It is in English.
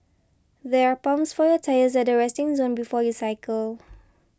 there are pumps for your tyres at the resting zone before you cycle